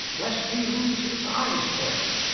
lest he lose his eyes for it,